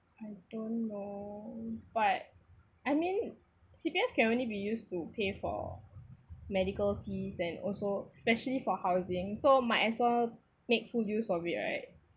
I don't know but I mean C_P_F can only be used to pay for medical fees and also specially for housing so might as well make full use of it right